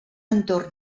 entorn